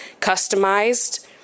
customized